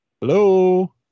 Hello